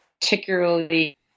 particularly